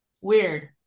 Weird